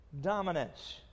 dominance